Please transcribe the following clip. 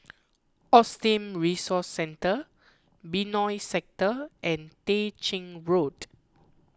Autism Resource Centre Benoi Sector and Tah Ching Road